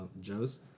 Joe's